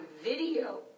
video